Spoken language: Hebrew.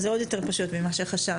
אז זה עוד יותר פשוט ממה שחשבתי.